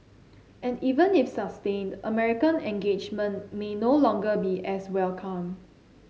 and even if sustained American engagement may no longer be as welcome